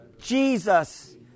Jesus